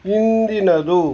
ಹಿಂದಿನದು